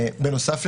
בנוסף,